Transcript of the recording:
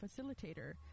facilitator